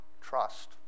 trust